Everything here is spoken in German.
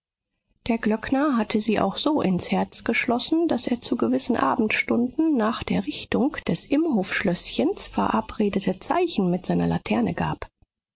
der glöckner hatte sie auch so ins herz geschlossen daß er zu gewissen abendstunden nach der richtung des imhoffschlößchens verabredete zeichen mit seiner laterne gab